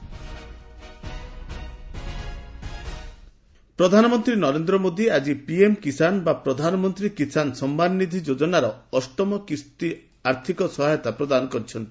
PM Kisan ପ୍ରଧାନମନ୍ତ୍ରୀ ନରେନ୍ଦ୍ର ମୋଦୀ ଆଜି PM Kisan ବା ପ୍ରଧାନମନ୍ତ୍ରୀ କିଷାନ ସମ୍ମାନ ନିଧି ଯୋଜନାର ଅଷ୍ଟମ କିସ୍ତି ଆର୍ଥିକ ସହାୟତା ପ୍ରଦାନ କରିଛନ୍ତି